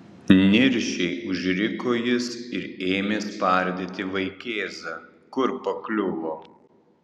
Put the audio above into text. niršiai užriko jis ir ėmė spardyti vaikėzą kur pakliuvo